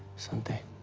sunday